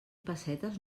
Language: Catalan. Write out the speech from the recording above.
pessetes